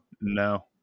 No